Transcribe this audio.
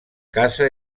casa